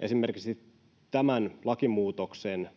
esimerkiksi tämän lakimuutoksen